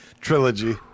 trilogy